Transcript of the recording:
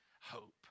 hope